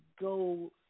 go